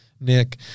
Nick